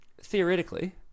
Theoretically